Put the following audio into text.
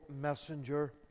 messenger